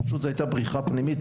פשוט זה הייתה בריחה פנימית,